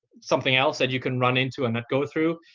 something else that you can run into and not go through.